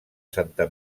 santa